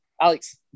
Alex